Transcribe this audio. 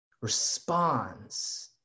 responds